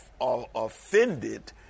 offended